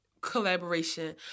Collaboration